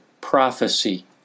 prophecy